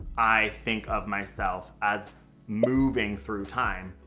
i think of myself as moving through time,